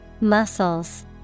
Muscles